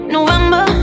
November